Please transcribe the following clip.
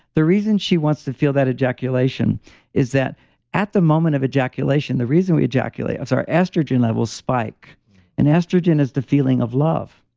the reason she wants to feel that ejaculation is that at the moment of ejaculation, the reason we ejaculate is so our estrogen levels spike and estrogen is the feeling of love.